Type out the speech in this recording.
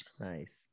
nice